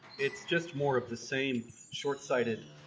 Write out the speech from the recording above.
it's just more of the same short-sighted